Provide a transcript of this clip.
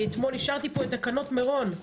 אני אתמול אשרתי פה את תקנות מרון,